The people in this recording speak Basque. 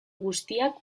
guztiak